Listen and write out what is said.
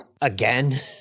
Again